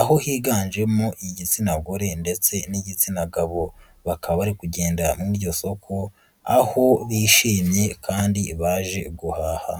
aho higanjemo igitsina gore ndetse n'igitsina gabo, bakaba bari kugenda muri iryo soko aho bishimye kandi baje guhaha.